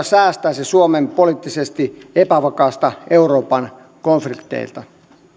säästäisivät suomen poliittisesti epävakaassa euroopassa konflikteilta